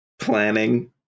Planning